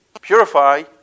purify